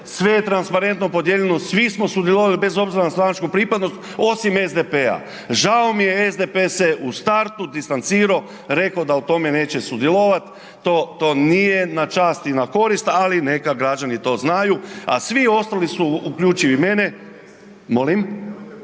sve je transparentno podijeljeno, svi smo sudjelovali bez obzira na stranačku pripadnost osim SDP-a. Žao mi je, SDP se u startu distanciro, reko da u tome neće sudjelovat, to, to nije na čast i na korist, ali neka građani to znaju, a svi ostali su, uključujući i mene, molim?